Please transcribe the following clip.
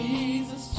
Jesus